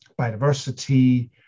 biodiversity